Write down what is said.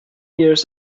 years